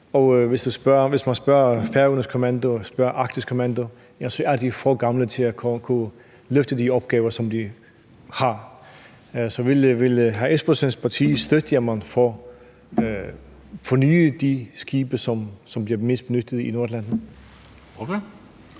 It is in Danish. hvis man spørger Færøernes Kommando eller Arktisk Kommando, så mener de, at de er for gamle til at løfte de opgaver, som de har. Vil hr. Espersens parti støtte op om at forny de skibe, som bliver mest benyttet i vores lande?